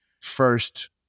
first